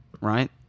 right